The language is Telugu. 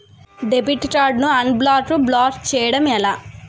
డెబిట్ కార్డ్ ను అన్బ్లాక్ బ్లాక్ చేయటం ఎలా?